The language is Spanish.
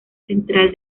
central